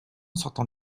sortant